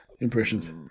impressions